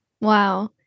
Wow